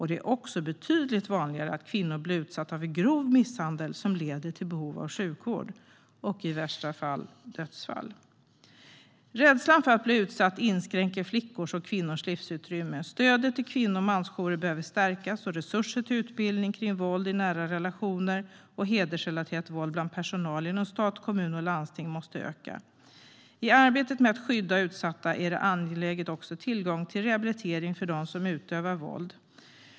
Det är också betydligt vanligare att kvinnor blir utsatta för grov misshandel som leder till behov av sjukvård och i värsta fall dödsfall. Rädslan för att bli utsatt inskränker flickors och kvinnors livsutrymme. Stödet till kvinno och mansjourerna behöver därför stärkas, och resurserna till utbildning bland personal inom stat, kommun och landsting om våld i nära relationer och hedersrelaterat våld måste öka. I arbetet med att skydda de utsatta är det också angeläget med tillgång till rehabilitering för dem som utövar våld.